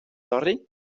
sori